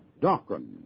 doctrine